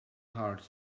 hard